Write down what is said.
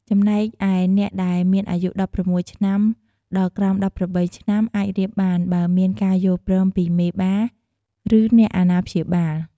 ចំំណែកឯអ្នកដែលមានអាយុ ១៦ ឆ្នាំដល់ក្រោម ១៨ ឆ្នាំអាចរៀបបាន បើមានការយល់ព្រមពីមេបា ឬអ្នកអាណាព្យាបាល។